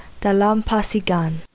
Dalampasigan